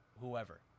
whoever